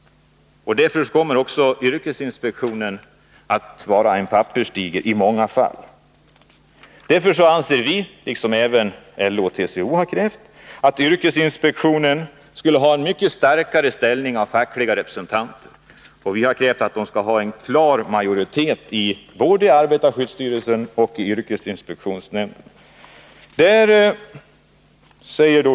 Därför kommer yrkesinspektionen också att i många fall vara en papperstiger. Vi anser — det har också LO och TCO krävt — att yrkesinspektionen borde ha ett mycket starkare inslag av fackliga representanter. Vi har krävt att de skall ha en klar majoritet både i arbetarskyddsstyrelsen och i yrkesinspektionsnämnderna.